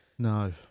No